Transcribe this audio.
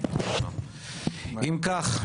אם כך,